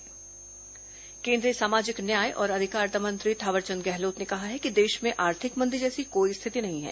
थावरचंद गहलोत पत्रकारवार्ता केंद्रीय सामाजिक न्याय और अधिकारिता मंत्री थावरचंद गहलोत ने कहा है कि देश मे आर्थिक मंदी जैसी कोई स्थिति नहीं है